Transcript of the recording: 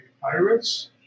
pirates